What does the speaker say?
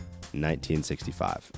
1965